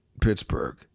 Pittsburgh